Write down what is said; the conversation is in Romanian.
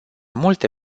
multe